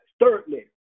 Thirdly